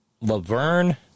Laverne